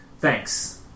thanks